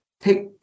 take